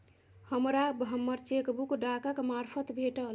हमरा हम्मर चेकबुक डाकक मार्फत भेटल